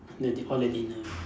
ya they all at dinner